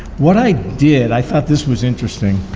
what i did, i thought this was interesting,